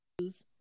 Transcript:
news